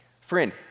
Friend